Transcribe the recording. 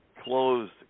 closed